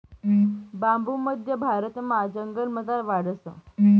बांबू मध्य भारतमा जंगलमझार वाढस